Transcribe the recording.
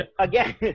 again